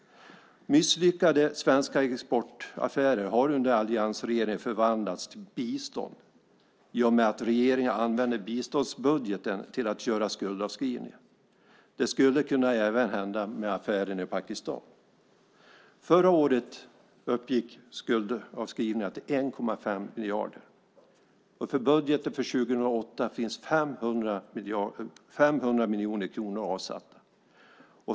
Misslyckade svenska exportaffärer har under alliansregeringen förvandlats till bistånd i och med att regeringen använder biståndsbudgeten till att göra skuldavskrivningar. Det skulle även kunna hända med affären i Pakistan. Förra året uppgick skuldavskrivningarna till 1,5 miljarder. I budgeten för 2008 finns 500 miljoner kronor avsatt.